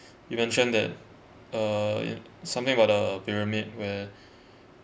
you mentioned that uh something about the pyramid where